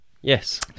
Yes